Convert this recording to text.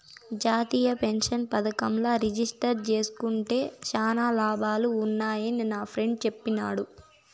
జాతీయ పెన్సన్ పదకంల రిజిస్టర్ జేస్కుంటే శానా లాభాలు వున్నాయని నాఫ్రెండ్ చెప్పిన్నాడు